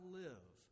live